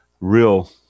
real